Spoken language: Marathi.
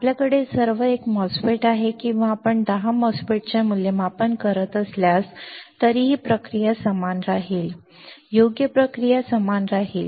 आपल्याकडे सर्व एक MOSFET आहे किंवा आपण दहा MOSFET चे मूल्यमापन करत असलात तरीही प्रक्रिया समान राहील योग्य प्रक्रिया समान राहील